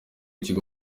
ikigo